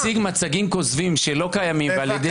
להציג מצגים כוזבים שלא קיימים על ידי